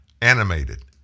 Animated